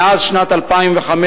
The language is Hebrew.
מאז שנת 2005,